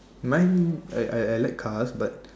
mine I I I like cars but